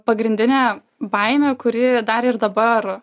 pagrindinė baimė kuri dar ir dabar